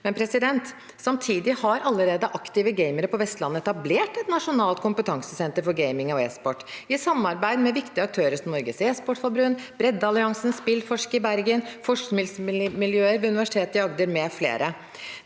på plass. Samtidig har allerede aktive gamere på Vestlandet etablert et nasjonalt kompetansesenter for gaming og e-sport i samarbeid med viktige aktører som Norges E-sportforbund, Bredde-esportalliansen, Spillforsk i Bergen, forskningsmiljøer ved Universitetet i Agder, mfl.